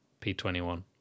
P21